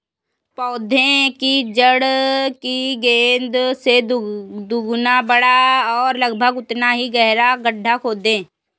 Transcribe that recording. पौधे की जड़ की गेंद से दोगुना बड़ा और लगभग उतना ही गहरा गड्ढा खोदें